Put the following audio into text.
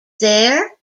there